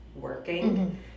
working